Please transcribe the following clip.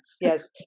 yes